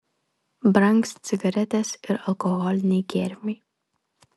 brangs cigaretės ir alkoholiniai gėrimai